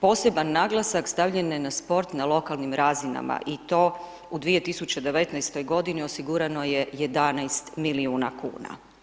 Poseban naglasak stavljen je na sport, na lokalnim razinama i to u 2019. g. osigurano je 11 milijuna kn.